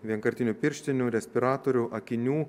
vienkartinių pirštinių respiratorių akinių